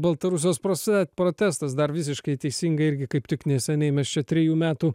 baltarusijos prose protestas dar visiškai teisingai irgi kaip tik neseniai mes čia trejų metų